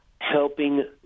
helping